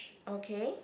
okay